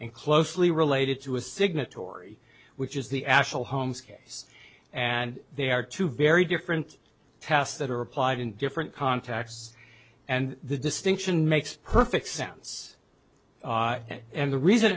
and closely related to a signatory which is the actual homes case and they are two very different tasks that are applied in different contexts and the distinction makes perfect sense and the reason